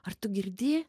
ar tu girdi